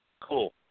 cool